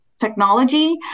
technology